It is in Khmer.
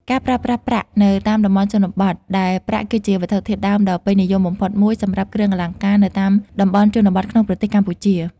ការប្រើប្រាស់ប្រាក់នៅតាមតំបន់ជនបទ ដែលប្រាក់ គឺជាវត្ថុធាតុដើមដ៏ពេញនិយមបំផុតមួយសម្រាប់គ្រឿងអលង្ការនៅតាមតំបន់ជនបទក្នុងប្រទេសកម្ពុជា។